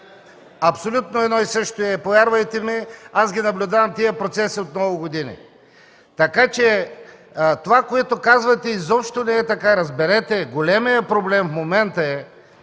Абсолютно едно и също е, повярвайте ми! Аз ги наблюдавам тези процеси от много години. Така че това, което казвате, изобщо не е така. Разберете! Големият проблем в момента е